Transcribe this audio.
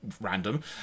random